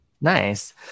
Nice